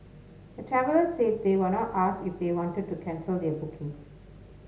the travellers said they were not asked if they wanted to cancel their bookings